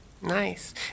Nice